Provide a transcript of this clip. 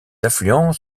affluents